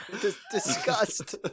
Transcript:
Disgust